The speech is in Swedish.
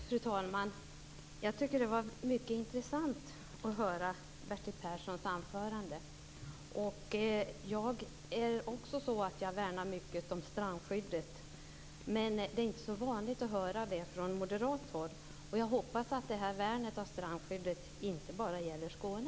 Fru talman! Det var mycket intressant att lyssna på Bertil Perssons anförande. Också jag värnar strandskyddet väldigt mycket. Det är dock inte så vanligt att höra sådant här från moderat håll. Jag hoppas att värnet av strandskyddet inte bara gäller Skåne.